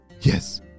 yes